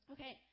Okay